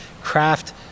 craft